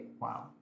Wow